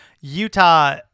Utah